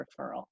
referral